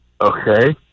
Okay